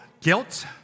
guilt